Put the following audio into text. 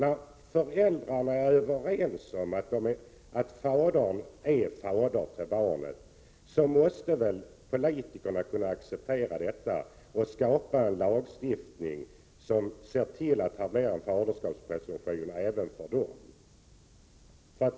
Om föräldrarna är överens om att mannen i ett samboförhållande är fader till barnet, så måste väl politikerna kunna acceptera detta och skapa en lagstiftning som innebär att man tar med en faderskapspresumtion även för dem.